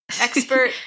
Expert